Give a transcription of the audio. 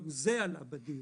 גם זה עלה בדיון.